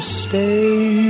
stay